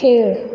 खेळ